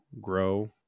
grow